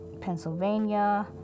Pennsylvania